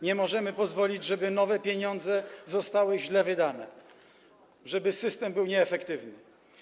Nie możemy pozwolić, żeby nowe pieniądze zostały źle wydane, żeby system był nieefektywny.